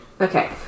Okay